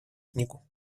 книгу